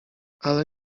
ale